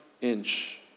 inch